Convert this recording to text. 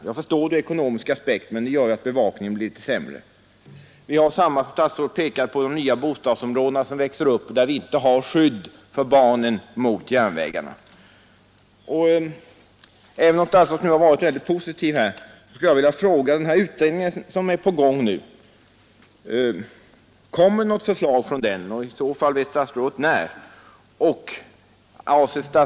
Jag förstår de ekonomiska aspekterna, men bevakningen blir därigenom sämre.